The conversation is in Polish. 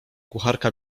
kucharka